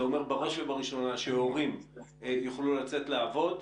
זה אומר בראש ובראשונה שהורים יוכלו לעבוד.